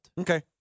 Okay